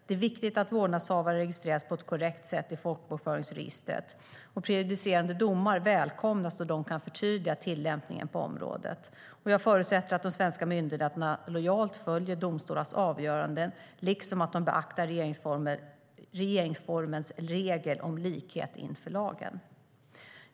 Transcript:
Det är viktigt att vårdnadshavare registreras på ett korrekt sätt i folkbokföringsregistret. Prejudicerande domar välkomnas, då de kan förtydliga tillämpningen på området. Jag förutsätter att svenska myndigheter lojalt följer domstolars avgöranden, liksom att de beaktar regeringsformens regel om likhet inför lagen.